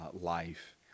life